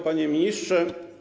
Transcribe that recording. Panie Ministrze!